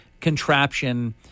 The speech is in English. contraption